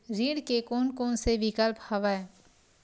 ऋण के कोन कोन से विकल्प हवय?